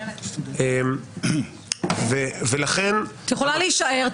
את יכולה להישאר.